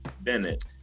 Bennett